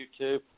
YouTube